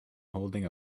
holding